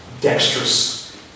dexterous